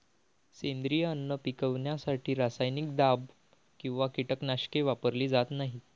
सेंद्रिय अन्न पिकवण्यासाठी रासायनिक दाब किंवा कीटकनाशके वापरली जात नाहीत